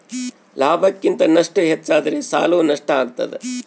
ಲಾಭಕ್ಕಿಂತ ನಷ್ಟ ಹೆಚ್ಚಾದರೆ ಸಾಲವು ನಷ್ಟ ಆಗ್ತಾದ